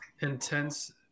Intense